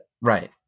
Right